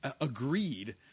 agreed